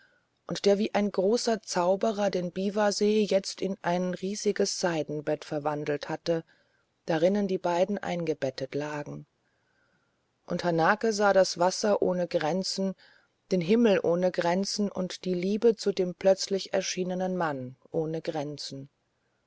und der wie ein großer zauberer den biwasee jetzt in ein riesiges seidenbett verwandelt hatte darinnen die beiden eingebettet lagen und hanake sah das wasser ohne grenzen den himmel ohne grenzen und die liebe zu dem plötzlich erschienenen mann ohne grenzen